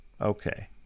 okay